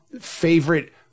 favorite